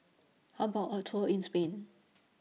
How about A Tour in Spain